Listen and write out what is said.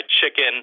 chicken